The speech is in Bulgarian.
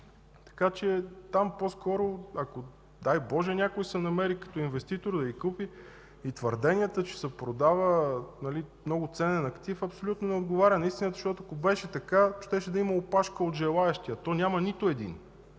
така че там по-скоро, дай, Боже, някой да се намери като инвеститор да я купи. Твърденията, че се продава много ценен актив, абсолютно не отговарят на истината, защото ако беше така, щеше да има опашка от желаещи, а то няма нито един.